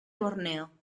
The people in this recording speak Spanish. borneo